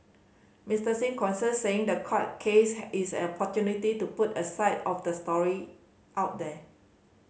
Mister Singh concurred saying the court case has is an opportunity to put a side of the story out there